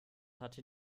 hatte